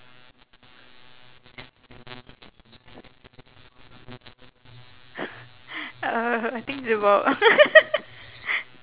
uh I think it's about